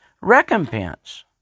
recompense